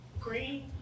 green